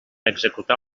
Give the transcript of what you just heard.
executar